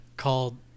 called